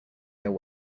their